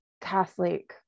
Catholic